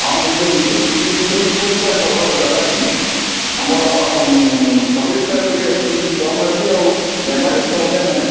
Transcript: ହଁ ନିଶ୍ଚେ ନିଶ୍ଚେ ଏ ଖେଲ୍କୁଦ୍ଟା କରିବାର୍ ଦ୍ୱାରା କି ଆମର୍ ଶରୀର୍ଟା ଟିକେ ଠିକ୍ ଷ୍ଟ୍ରଙ୍ଗ ରହିଛି ଆଉ ବେମାରି ସହଜେ ନାଇଁ ଢୁକେ